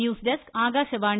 news desk Akashvani